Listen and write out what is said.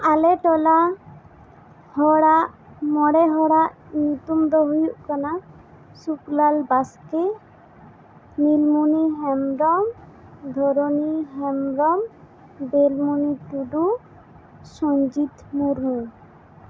ᱟᱞᱮ ᱴᱚᱞᱟ ᱦᱚᱲᱟᱜ ᱢᱚᱬᱮ ᱦᱚᱲᱟᱜ ᱧᱩᱛᱩᱢ ᱫᱚ ᱦᱩᱭᱩᱜ ᱠᱟᱱᱟ ᱥᱩᱠᱞᱟᱞ ᱵᱟᱥᱠᱮ ᱱᱤᱞᱢᱟᱱᱤ ᱦᱮᱢᱵᱨᱚᱢ ᱫᱷᱟᱨᱟᱱᱤ ᱦᱮᱢᱵᱨᱚᱢ ᱵᱮᱞᱢᱚᱱᱤ ᱴᱩᱰᱩ ᱥᱩᱱᱡᱤᱛ ᱢᱩᱨᱢᱩ